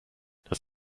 das